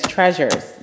Treasures